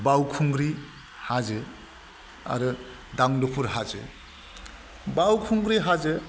बाउखुंग्रि हाजो आरो दांदुफुर हाजो बाउखुंग्रि हाजो